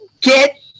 get